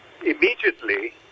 immediately